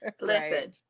Listen